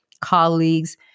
colleagues